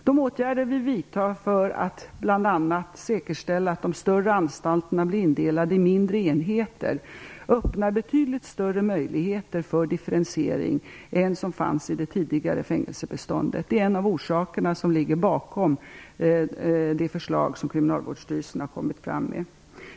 De åtgärder vi vidtar för att bl.a. säkerställa att de större anstalterna blir indelade i mindre enheter öppnar betydligt större möjligheter för differentiering än som fanns i det tidigare fängelsebeståndet. Det är en av orsakerna som ligger bakom det förslag som Kriminalvårdsstyrelsen har lagt fram.